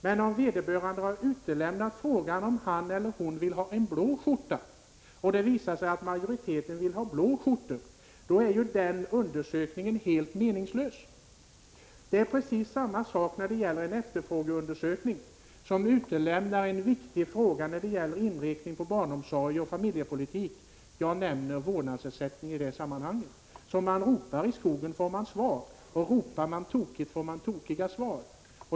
Men om skjortfabrikanten har utelämnat frågan om huruvida konsumenterna vill ha en blå skjorta och det senare visar sig att majoriteten vill ha blå skjortor, då är ju undersökningen helt meningslös. Det är precis samma sak om man i en efterfrågeundersökning som gäller inriktningen på barnomsorg och familjepolitik utelämnar en viktig fråga— jag har nämnt frågan om vårdnadsersättning i det sammanhanget. Som man ropar i skogen får man svar, och ropar man tokigt får man tokiga svar.